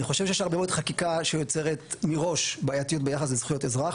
אני חושב שיש הרבה מאוד חקיקה שיוצרת מראש בעייתיות ביחס לזכויות אזרח.